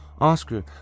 Oscar